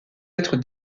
être